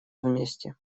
вместе